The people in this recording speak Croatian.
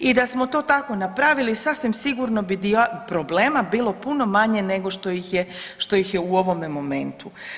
I da smo to tako napravili, sasvim sigurno bi problema bilo puno manje nego što ih je u ovome momentu.